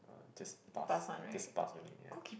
uh just pass just pass only yeah